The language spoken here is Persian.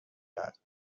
کرد